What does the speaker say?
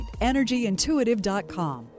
energyintuitive.com